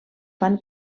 fan